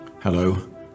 Hello